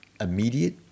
immediate